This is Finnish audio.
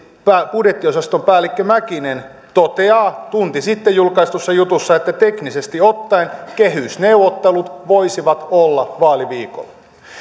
budjettiosaston päällikkö mäkinen toteaa tunti sitten julkaistussa jutussa että teknisesti ottaen kehysneuvottelut voisivat olla vaaliviikolla